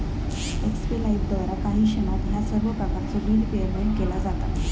एक्स्पे लाइफद्वारा काही क्षणात ह्या सर्व प्रकारचो बिल पेयमेन्ट केला जाता